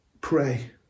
Pray